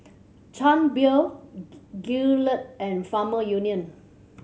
Chang Beer Gillette and Farmer Union